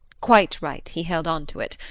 quite right he held on to it.